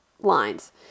lines